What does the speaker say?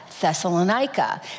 Thessalonica